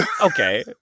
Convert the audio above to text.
Okay